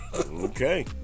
Okay